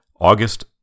August